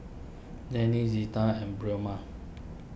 Danny Zita and